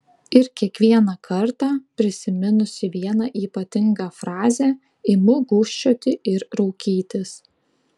ir kiekvieną kartą prisiminusi vieną ypatingą frazę imu gūžčioti ir raukytis